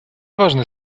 важный